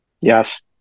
Yes